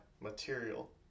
material